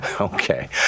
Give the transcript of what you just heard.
Okay